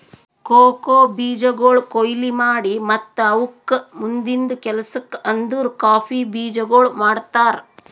cocoa ಬೀಜಗೊಳ್ ಕೊಯ್ಲಿ ಮಾಡಿ ಮತ್ತ ಅವುಕ್ ಮುಂದಿಂದು ಕೆಲಸಕ್ ಅಂದುರ್ ಕಾಫಿ ಬೀಜಗೊಳ್ ಮಾಡ್ತಾರ್